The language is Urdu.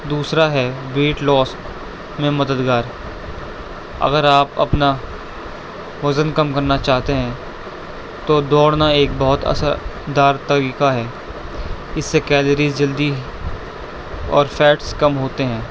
دوسرا ہے ویٹ لاس میں مددگار اگر آپ اپنا وزن کم کرنا چاہتے ہیں تو دوڑنا ایک بہت اثردار طریقہ ہے اس سے کیلوریز جلدی اور فیٹس کم ہوتے ہیں